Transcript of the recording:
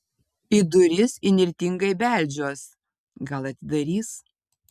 į duris įnirtingai beldžiuos gal atidarys